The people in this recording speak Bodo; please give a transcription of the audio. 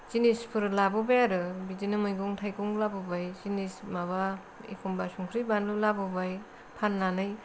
जिनिसफोर लाबोबाय आरो बिदिनो मैगं थाइगं लाबोबाय जिनिस माबा एखम्बा संख्रि बानलु लाबोबाय फाननानै